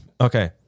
Okay